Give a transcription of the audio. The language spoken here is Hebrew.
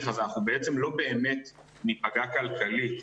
אז אנחנו בעצם לא באמת ניפגע כלכלית,